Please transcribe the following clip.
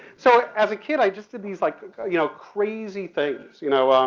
so as a kid i just did these like you know crazy things, you know.